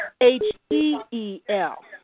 H-E-E-L